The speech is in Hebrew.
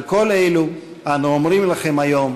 על כל אלו אנו אומרים לכם היום: